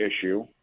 issue